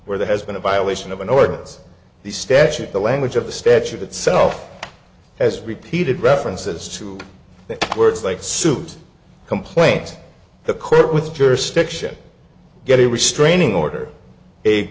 where there has been a violation of an ordinance the statute the language of the statute itself as repeated references to the words like supes complaint the court with jurisdiction get a restraining